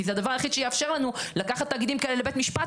כי זה הדבר היחיד שיאפשר לנו לקחת תאגידים כאלה לבית משפט,